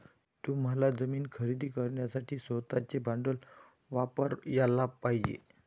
तुम्हाला जमीन खरेदी करण्यासाठी स्वतःचे भांडवल वापरयाला पाहिजे